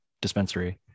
dispensary